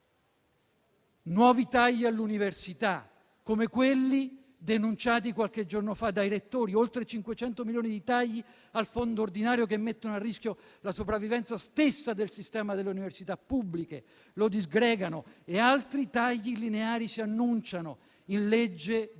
nuovi tagli all'università, come quelli denunciati qualche giorno fa dai rettori; oltre 500 milioni di tagli al fondo ordinario che mettono a rischio la sopravvivenza stessa del sistema delle università pubbliche e lo disgregano. Altri tagli lineari si annunciano in legge di